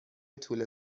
طول